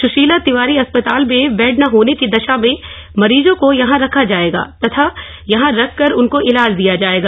सुशीला तिवारी अस्पताल में बेड न होने की दशा में मरीजों को यहां रखा जायेगा तथा यहां रख कर उनको इलाज दिया जायेगा